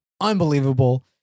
unbelievable